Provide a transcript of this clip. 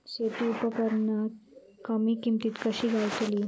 शेती उपकरणा कमी किमतीत कशी गावतली?